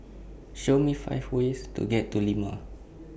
Show Me five ways to get to Lima